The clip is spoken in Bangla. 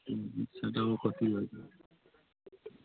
রিকশাটাও ক্ষতি হয়েছে